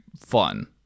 fun